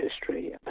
history